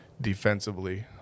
defensively